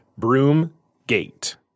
Broomgate